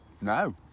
No